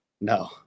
No